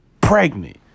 pregnant